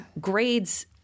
grades